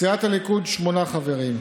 סיעת הליכוד, שמונה חברים,